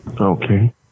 Okay